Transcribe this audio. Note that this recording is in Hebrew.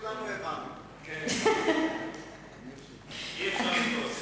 הופתע שיש אדמות